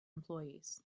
employees